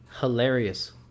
hilarious